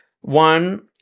one